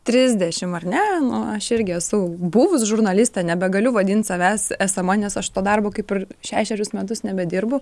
trisdešim ar ne nu aš irgi esu buvus žurnaliste nebegaliu vadint savęs esama nes aš to darbo kaip ir šešerius metus nebedirbu